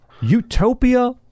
utopia